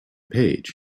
page